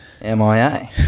MIA